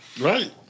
Right